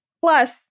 Plus